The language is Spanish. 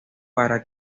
para